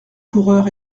coureur